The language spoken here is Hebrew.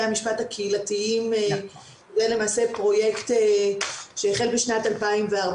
המשפט הקהילתיים ולמעשה פרויקט שהחל בשנת 2014,